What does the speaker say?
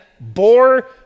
bore